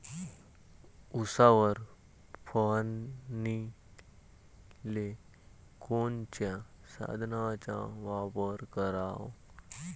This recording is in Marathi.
उसावर फवारनीले कोनच्या साधनाचा वापर कराव?